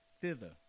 thither